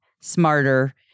smarter